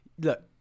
look